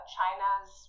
China's